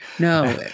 No